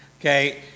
Okay